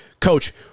coach